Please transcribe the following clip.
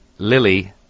lily